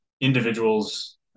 individuals